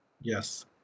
Yes